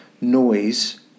noise